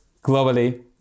globally